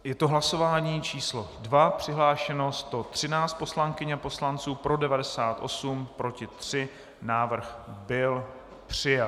Je to hlasování číslo 2, přihlášeno 113 poslankyň a poslanců, pro 98, proti 3, návrh byl přijat.